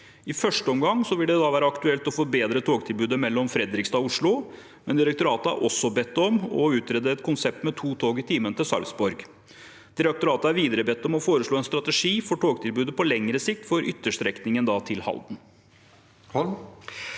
I første omgang vil det være aktuelt å forbedre togtilbudet mellom Fredrikstad og Oslo, men direktoratet er også bedt om å utrede et konsept med to tog i timen til Sarpsborg. Direktoratet er videre bedt om å foreslå en strategi for togtilbudet på lengre sikt for ytterstrekningen til Halden.